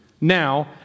Now